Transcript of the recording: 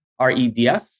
REDF